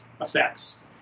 effects